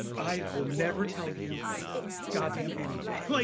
i will never tell you god damn anything. like